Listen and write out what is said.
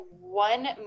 one